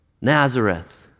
Nazareth